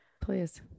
please